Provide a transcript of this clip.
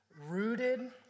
rooted